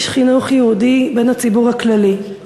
איש חינוך יהודי בן הציבור הכללי.